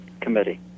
Committee